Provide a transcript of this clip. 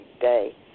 day